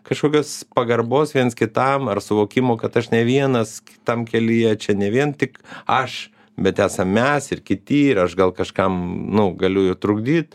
kažkokios pagarbos viens kitam ar suvokimo kad aš ne vienas tam kelyje čia ne vien tik aš bet esam mes ir kiti ir aš gal kažkam nu galiu ir trukdyt